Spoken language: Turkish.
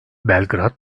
belgrad